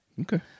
Okay